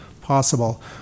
possible